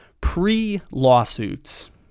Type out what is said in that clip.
pre-lawsuits